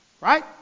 Right